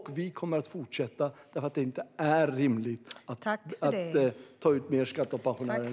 Och vi kommer att fortsätta, för det är inte rimligt att ta ut mer skatt av pensionärer än av löntagare.